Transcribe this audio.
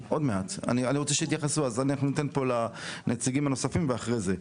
אני רוצה שיתייחסו אז אני אתן פה לנציגים הנוספים ואחרי זה שאלות,